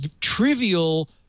trivial